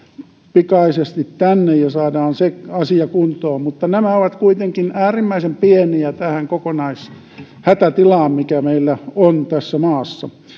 pikaisesti tänne ja saadaan se asia kuntoon mutta nämä ovat kuitenkin äärimmäisen pieniä suhteessa kokonaishätätilaan mikä meillä on tässä maassa